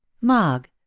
Mog